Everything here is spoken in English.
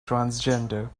transgender